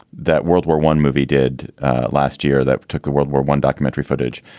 that world war one movie did last year that took the world war one documentary footage.